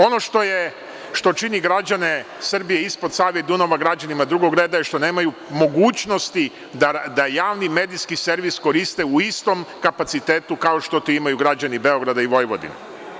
Ono što je, što čini građane Srbije ispod Save i Dunava, građanima drugog reda je što nemaju mogućnosti da javni medijski servis koriste u istom kapacitetu kao što to imaju građani Beograda i Vojvodine.